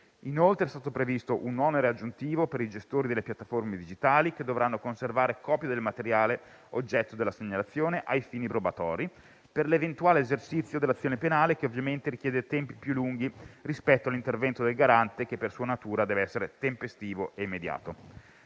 Inoltre, è stato previsto un onere aggiuntivo per i gestori delle piattaforme digitali, che dovranno conservare copia del materiale oggetto della segnalazione ai fini probatori per l'eventuale esercizio dell'azione penale, che ovviamente richiede tempi più lunghi rispetto all'intervento del Garante, che per sua natura deve essere tempestivo e immediato.